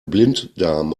blinddarm